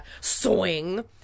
Swing